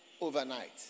overnight